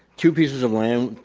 two pieces of land,